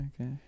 Okay